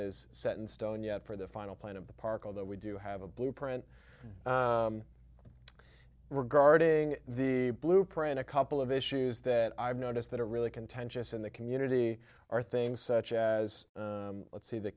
is set in stone yet for the final plan of the park although we do have a blueprint regarding the blueprint a couple of issues that i've noticed that are really contentious in the community are things such as let's see the